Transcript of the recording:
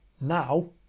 now